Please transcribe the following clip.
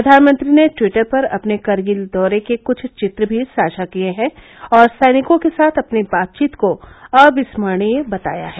प्रधानमंत्री ने ट्विटर पर अपने करगिल दौरे के कुछ चित्र भी साझा किए हैं और सैनिकों के साथ अपनी बातचीत को अविस्मरणीय बताया है